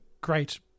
great